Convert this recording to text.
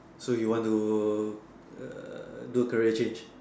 so you want to err do career change